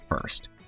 first